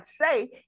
say